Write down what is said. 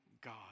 God